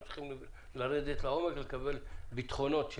היינו צריכים לרדת לעומק ולקבל ביטחונות.